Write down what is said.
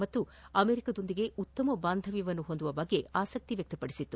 ಮತ್ತು ಅಮೆರಿಕದೊಂದಿಗೆ ಉತ್ತಮ ಬಾಂಧವ್ಯ ಹೊಂದುವ ಬಗ್ಗೆ ಆಸಕ್ತಿ ವ್ಯಕ್ತಪಡಿಸಿತ್ತು